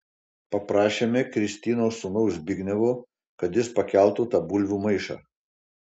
paprašėme kristinos sūnaus zbignevo kad jis pakeltų tą bulvių maišą